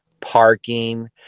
parking